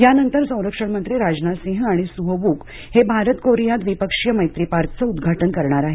यानंतर संरक्षण मंत्री राजनाथ सिंह आणि सुह वूक हे भारत कोरिया द्विपक्षीय मैत्री पार्कचं उद्घाटन करणार आहेत